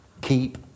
keep